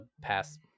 pass